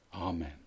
Amen